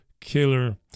killer